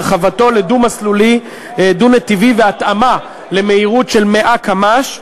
הרחבתו לדו-נתיבי והתאמה למהירות של 100 קמ"ש,